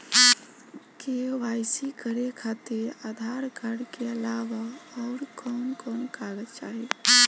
KYC करे खातिर Aadhaar card के अलावा आउरकवन कवन कागज चाहीं?